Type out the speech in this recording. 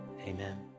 amen